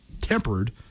tempered